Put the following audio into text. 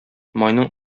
майның